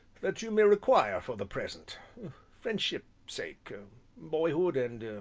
that you may require for the present friendship's sake boyhood and